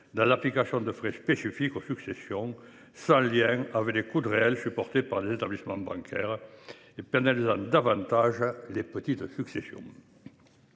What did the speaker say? dans l’application de frais spécifiques aux successions : ceux ci n’ont pas de lien avec les coûts réels supportés par les établissements bancaires et pénalisent davantage les petites successions.